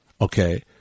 Okay